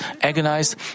agonized